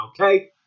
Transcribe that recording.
okay